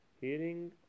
Hearing